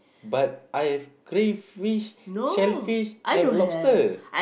but I have crayfish shellfish and lobster